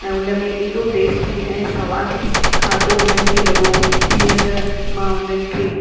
ऐं उन में एॾो टेस्टी ऐं सवादी खाधो उन्हनि खे लॻो जीअं त मां उन्हनि खे